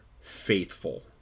faithful